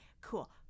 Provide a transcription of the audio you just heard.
cool